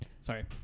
sorry